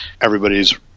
everybody's